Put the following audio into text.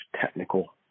technical